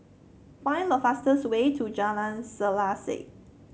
find the fastest way to Jalan Selaseh